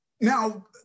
Now